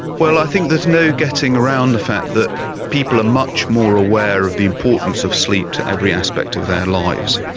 well, i think there's no getting around the fact that people are much more aware of the importance of sleep to every aspect of their lives,